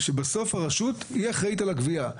שבסוף הרשות היא האחראית על הגבייה.